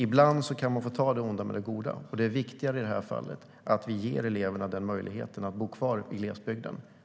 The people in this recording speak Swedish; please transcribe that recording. Ibland får man ta det onda med det goda, och det är i det här fallet viktigare att vi ger eleverna möjligheten att bo kvar i glesbygden.